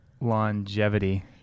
longevity